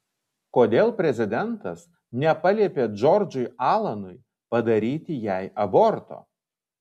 kodėl prezidentas nepaliepė džordžui alanui padaryti jai aborto